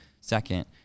second